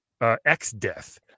X-Death